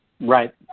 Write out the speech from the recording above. Right